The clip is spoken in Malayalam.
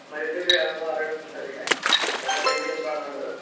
മരിയൻ ബേക്കറി ആയിരുന്നു ആരായിരുന്നു സംസാരിക്കണത് താങ്കൾക്ക് എന്ത് ഹെൽപ്പ് ആണ് വേണ്ടത്